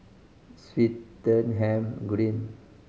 Swettenham Green